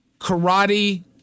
karate